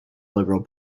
liberal